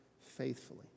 faithfully